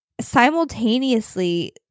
simultaneously